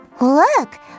Look